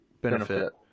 benefit